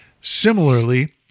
Similarly